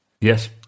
Yes